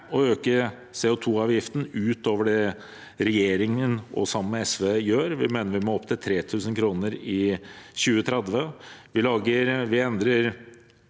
å øke CO2-avgiften utover det regjeringen gjør sammen med SV. Vi mener vi må opp til 3 000 kr i 2030. Vi endrer